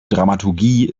dramaturgie